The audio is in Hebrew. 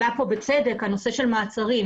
עלה כאן בצדק הנושא של מעצרים.